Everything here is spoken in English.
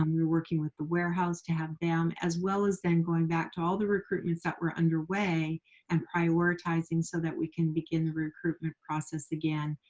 um we're working with the warehouse to help them. as well as then going back to all the recruitment that were underway and prioritizing so that we can begin the recruitment process again.